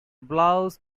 blouse